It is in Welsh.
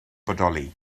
bodoli